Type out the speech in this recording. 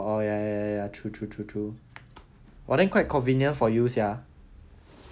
oh ya ya true true true true !wah! then quite convenient for you sia